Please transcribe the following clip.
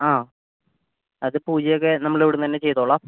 ആ അത് പൂജയൊക്കെ നമ്മൾ ഇവിടെന്നന്നെ ചെയ്തോളാം